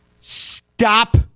Stop